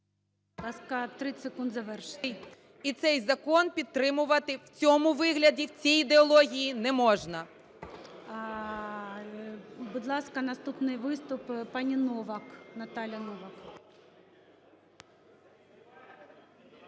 Будь ласка, 30 секунд завершити. БАБАК А.В. І цей закон підтримувати в цьому вигляді, в цій ідеології не можна. ГОЛОВУЮЧИЙ. Будь ласка, наступний виступ - пані Новак, Наталія Новак.